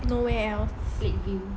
nowhere else sleep in